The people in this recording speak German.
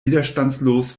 widerstandslos